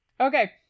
Okay